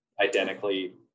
identically